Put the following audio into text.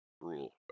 rule